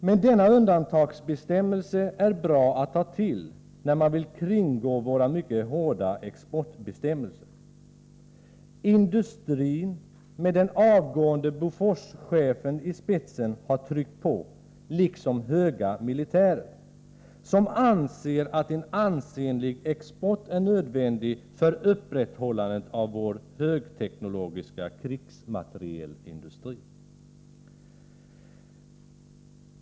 Men denna undantagsbestämmelse är bra att ta till när man vill kringgå våra mycket hårda exportbestämmelser. Industrin, med den avgående Boforschefen i spetsen, har tryckt på liksom höga militärer, som anser att en ansenlig export är nödvändig för upprätthållandet av vår högteknologiska krigsmaterielindustri.